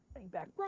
back